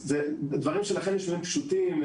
זה דברים שלכם נראים פשוטים,